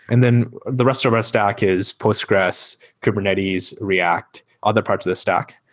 and then the rest of of our stack is postgres, kubernetes, react, other parts of the stack,